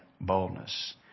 boldness